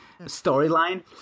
storyline